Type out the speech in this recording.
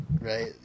Right